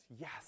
Yes